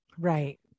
Right